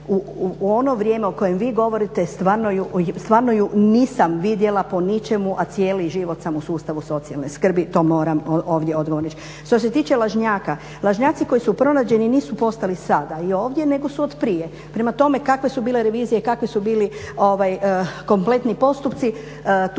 u ono vrijeme o kojem vi govorite stvarno ju nisam vidjela po ničemu, a cijeli život sam u sustavu socijalne skrbi. To moram ovdje odgovorno reći. Što se tiče lažnjaka, lažnjaci koji su pronađeni nisu postali sada i ovdje nego su od prije. Prema tome, kakve su bile revizije i kakvi su bili kompletni postupci